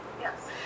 Yes